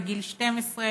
בגיל 12,